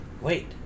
Wait